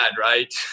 right